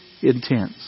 intense